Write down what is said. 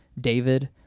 David